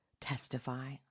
Testify